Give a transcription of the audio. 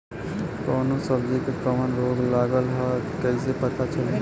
कौनो सब्ज़ी में कवन रोग लागल ह कईसे पता चली?